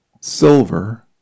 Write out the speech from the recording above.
silver